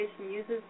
uses